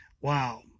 wow